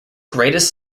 greatest